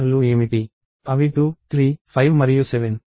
అవి 2 3 5 మరియు 7